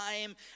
time